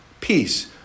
peace